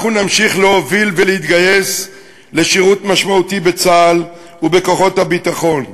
אנחנו נמשיך להוביל ולהתגייס לשירות משמעותי בצה"ל ובכוחות הביטחון.